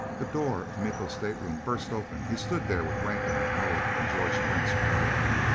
the door of miko's stateroom burst open. he stood there, with rankin, moa and george prince crowding him.